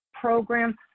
program